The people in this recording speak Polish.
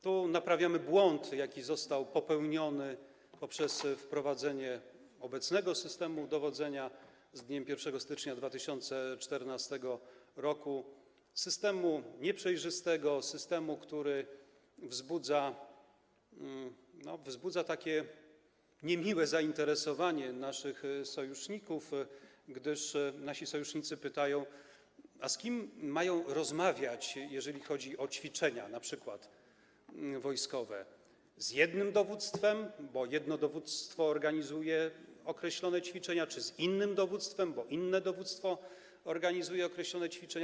Tu naprawiamy błąd, jaki został popełniony poprzez wprowadzenie obecnego systemu dowodzenia z dniem 1 stycznia 2014 r., systemu nieprzejrzystego, systemu, który wzbudza, no, takie niemiłe zainteresowanie naszych sojuszników, gdyż nasi sojusznicy pytają, z kim mają rozmawiać, jeżeli chodzi o ćwiczenia np. wojskowe - z jednym dowództwem, bo jedno dowództwo organizuje określone ćwiczenia, czy z innym dowództwem, bo inne dowództwo organizuje określone ćwiczenia.